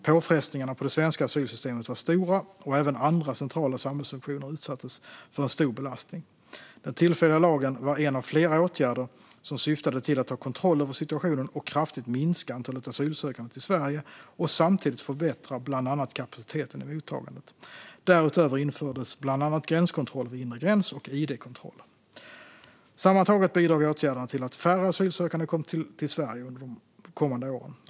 Påfrestningarna på det svenska asylsystemet var stora, och även andra centrala samhällsfunktioner utsattes för en stor belastning. Den tillfälliga lagen var en av flera åtgärder som syftade till att ta kontroll över situationen och kraftigt minska antalet asylsökande till Sverige och samtidigt förbättra bland annat kapaciteten i mottagandet. Därutöver infördes bland annat gränskontroller vid inre gräns och id-kontroller. Sammantaget bidrog åtgärderna till att färre asylsökande kom till Sverige under de kommande åren.